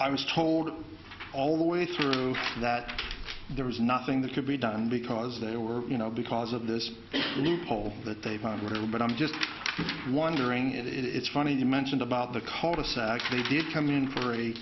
i was told all the way through that there was nothing that could be done because there were you know because of this new poll that they found her but i'm just wondering if it's funny you mentioned about the caucus actually did come in for a